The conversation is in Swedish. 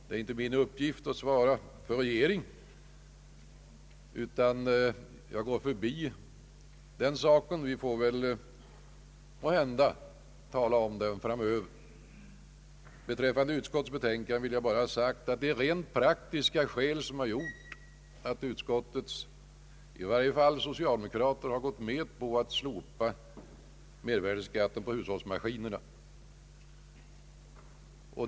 Det är inte min uppgift att svara för regeringen, utan jag går förbi den saken. Vi får måhända tillfälle att tala härom framöver. Beträffande utskottets betänkande vill jag ha sagt att det är rent praktiska skäl som gjort att utskottets ledamöter, i varje fall de socialdemokratiska, gått med på att slopa höjningen på hushållsmaskiner.